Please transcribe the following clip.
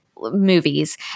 movies